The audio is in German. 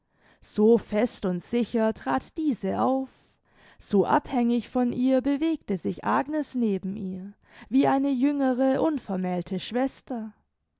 so fest und sicher trat diese auf so abhängig von ihr bewegte sich agnes neben ihr wie eine jüngere unvermälte schwester